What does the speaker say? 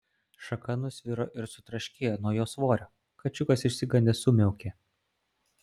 šaka nusviro ir sutraškėjo nuo jo svorio kačiukas išsigandęs sumiaukė